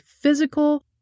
physical